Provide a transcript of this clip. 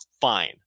fine